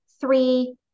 three